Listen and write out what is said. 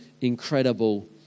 incredible